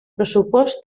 pressupost